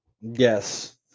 Yes